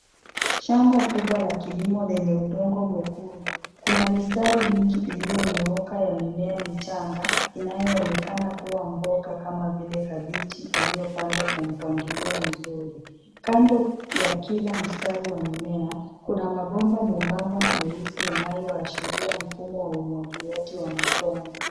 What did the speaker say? Shamba kubwa la kilimo lenye udongo mwekundu. Kuna mistari mingi iliyonyooka ya mimea michanga inayoonekana kuwa mboga kama vile kabichi iliyopandwa kwa mpangilio mzuri. Kando ya kila mstari wa mimea, kuna mabomba membamba meusi yanayoashiria mfumo wa umwagiliaji wa matone.